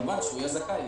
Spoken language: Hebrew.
- כמובן שיהיה זכאי.